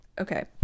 okay